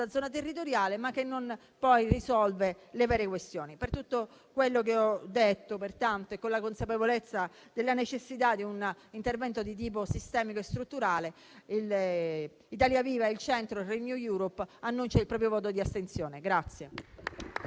zona territoriale, senza risolvere le vere questioni. Per tutto quello che ho detto e con la consapevolezza della necessità di un intervento di tipo sistemico e strutturale, il Gruppo Italia Viva-Il Centro-Renew Europe annuncia il proprio voto di astensione.